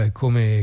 come